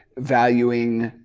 valuing